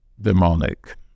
demonic